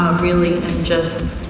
really and just